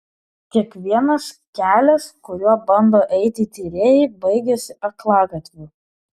kiekvienas kelias kuriuo bando eiti tyrėjai baigiasi aklagatviu